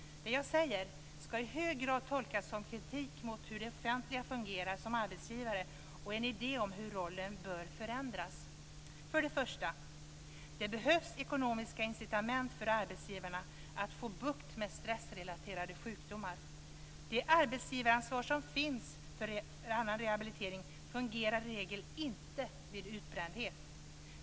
Det jag säger ska i hög grad tolkas som kritik mot hur det offentliga fungerar som arbetsgivare och en idé om hur rollen bör förändras. För det första: Det behövs ekonomiska incitament för arbetsgivarna att få bukt med stressrelaterade sjukdomar. Det arbetsgivaransvar som finns för annan rehabilitering fungerar i regel inte vid utbrändhet.